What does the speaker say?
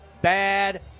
bad